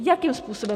Jakým způsobem?